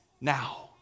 now